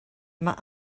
mae